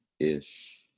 ish